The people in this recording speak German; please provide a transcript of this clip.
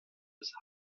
des